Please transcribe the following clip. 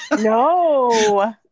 no